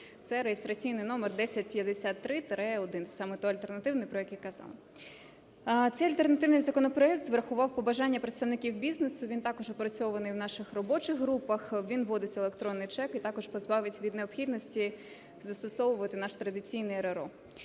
це реєстраційний номер 1053-1, саме той альтернативний, про який казали. Цей альтернативний законопроект врахував побажання представників бізнесу, він також опрацьований в наших робочих групах. Він вводить електронні чеки, також позбавить від необхідності застосовувати наш традиційний РРО.